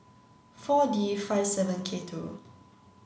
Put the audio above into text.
four D five seven K two